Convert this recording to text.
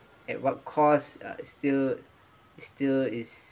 at what costs uh it still it still is